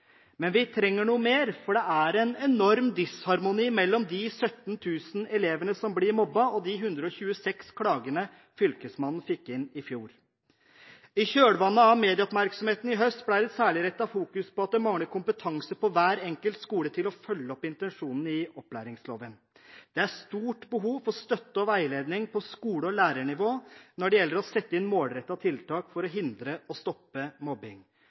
Men vi trenger noe mer, for det er en enorm disharmoni mellom de 17 000 elevene som blir mobbet og de 126 klagene fylkesmannen fikk inn i fjor. I kjølvannet av medieoppmerksomheten i høst ble det særlig rettet fokus mot at det mangler kompetanse på hver enkelt skole til å følge opp intensjonene i opplæringsloven. Det er stort behov for støtte og veiledning på skole- og lærernivå når det gjelder å sette inn målrettede tiltak for å hindre og stoppe mobbing.